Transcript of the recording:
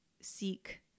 seek